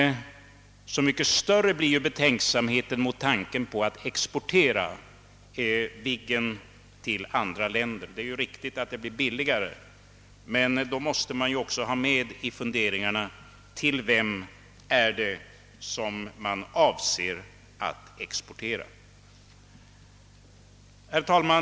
Men så mycket större blir betänksamheten mot tanken på att exportera Viggen till andra länder. Det är ju riktigt att det därigenom blir billigare, men då måste mar. också ha med i funderingarna: Til: vem är det man avser att exportera? Herr talman!